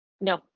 no